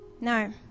No